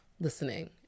listening